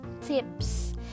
tips